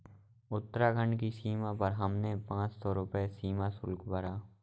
उत्तराखंड की सीमा पर हमने पांच सौ रुपए सीमा शुल्क भरा